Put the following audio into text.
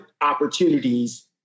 opportunities